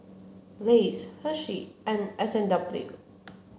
Lays Hershey and S and W